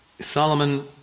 Solomon